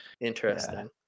interesting